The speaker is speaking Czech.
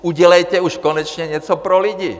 Udělejte už konečně něco pro lidi.